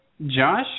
Josh